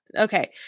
okay